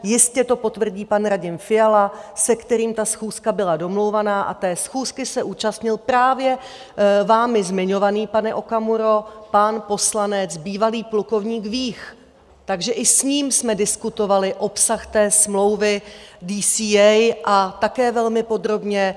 Jistě to potvrdí pan Radim Fiala, se kterým ta schůzka byla domlouvaná, a té schůzky se účastnil právě vámi zmiňovaný, pane Okamuro, pan poslanec, bývalý plukovník Vích, takže i s ním jsme diskutovali obsah té smlouvy DCA, a také velmi podrobně.